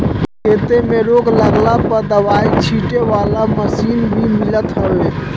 खेते में रोग लागला पअ दवाई छीटे वाला मशीन भी मिलत हवे